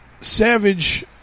Savage